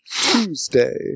Tuesday